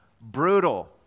brutal